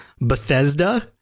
Bethesda